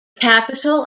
capital